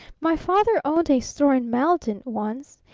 my father owned a store in malden, once,